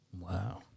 Wow